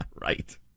Right